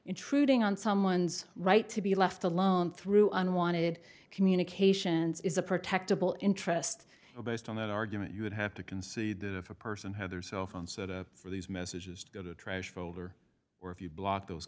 intruding on someone's right to be left alone through unwanted communications is a protectable interest based on that argument you would have to concede that if a person had their cell phone set up for these messages to go to a trash folder or if you block those